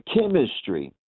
chemistry